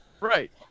Right